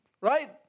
Right